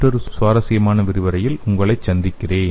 மற்றொரு சுவாரசியமான விரிவுரையில் உங்களை நான் சந்திக்கிறேன்